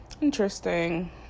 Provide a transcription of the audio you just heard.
interesting